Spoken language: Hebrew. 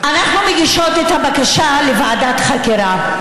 אנחנו מגישות את הבקשה לוועדת חקירה.